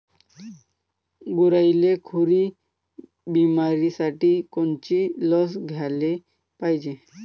गुरांइले खुरी बिमारीसाठी कोनची लस द्याले पायजे?